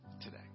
today